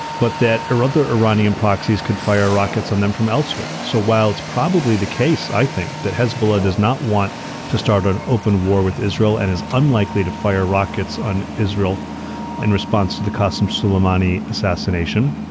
but that other iranian proxies could fire rockets on them from elsewhere. so while it's probably the case, i think that hezbollah does not want to start an open war with israel and is unlikely to fire rockets on israel in response to the custom suleimani assassination.